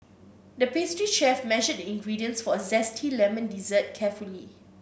the pastry chef measured the ingredients for a zesty lemon dessert carefully